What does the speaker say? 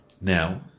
Now